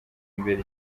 imbere